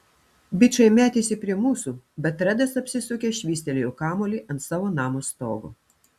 bičai metėsi prie mūsų bet redas apsisukęs švystelėjo kamuolį ant savo namo stogo